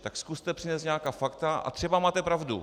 Tak zkuste přinést nějaká fakta a třeba máte pravdu.